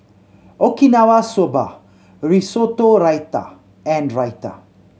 Okinawa Soba Risotto Raita and Raita